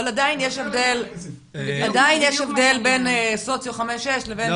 אבל עדיין יש הבדל בין סוציו 6-5 לבין